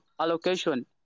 allocation